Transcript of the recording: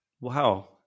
Wow